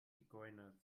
zigeuner